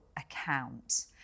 account